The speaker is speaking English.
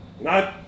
Nope